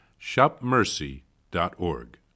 shopmercy.org